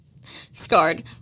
Scarred